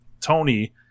Tony